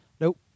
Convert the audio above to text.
Nope